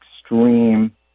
extreme